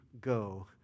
go